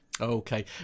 Okay